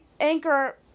Anchor